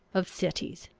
of cities.